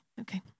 Okay